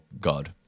God